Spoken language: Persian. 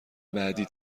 بعدی